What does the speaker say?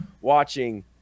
watching